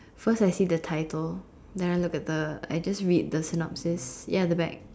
first I see the title then I look at the I just read the synopsis ya at the back